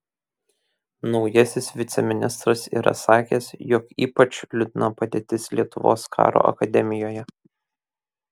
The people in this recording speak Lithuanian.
naujasis viceministras yra sakęs jog ypač liūdna padėtis lietuvos karo akademijoje